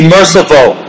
merciful